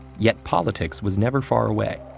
yet politics was never far away.